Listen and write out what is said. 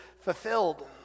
fulfilled